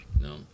No